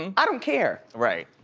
i don't care. right.